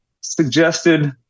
suggested